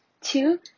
Two